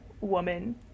woman